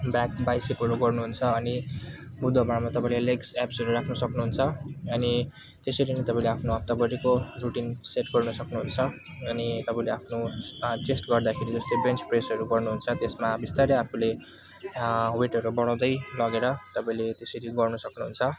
back बाइसेपहरू गर्नुहुन्छ अनि बुधबारमा तपाईँले लेग्स एप्सहरू राख्न सक्नुहुन्छ अनि त्यसरी नै तपाईँले आफ्नो हप्ताभरिको रुटिन सेट गर्न सक्नुहुन्छ अनि तपाईँले आफ्नो हाड चेस्ट गर्दाखेरि जस्तै बेन्च प्रेसहरू गर्नुहुन्छ त्यसमा आफूले वेटहरू बढाउदै लगेर तपाईँले त्यसरी गर्न सक्नुहुन्छ